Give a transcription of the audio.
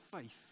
faith